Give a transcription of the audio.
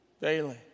Daily